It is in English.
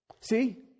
See